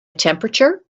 temperature